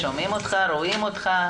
שומעים אותך.